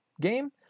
game